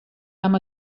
amb